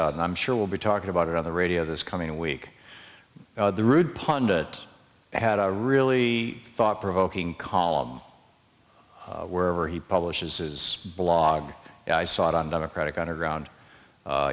out and i'm sure we'll be talking about it on the radio this coming week the rude pundit had a really thought provoking column wherever he publishes his blog i saw it on democratic underground